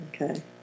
Okay